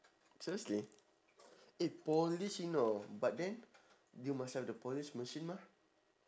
seriously eh polish you know but then you must have the polish machine mah